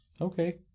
Okay